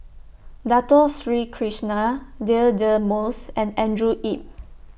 Dato Sri Krishna Deirdre Moss and Andrew Yip